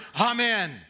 Amen